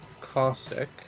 Caustic